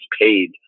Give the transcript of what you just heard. paid